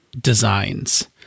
designs